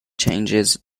changes